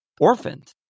orphaned